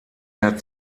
mehr